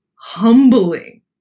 humbling